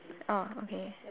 ah okay